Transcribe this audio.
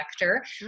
director